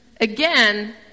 Again